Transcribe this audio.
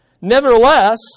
Nevertheless